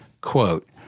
Quote